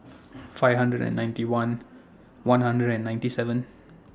five hundred and ninety one one hundred and ninety seven